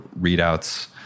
readouts